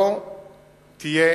לא תהיה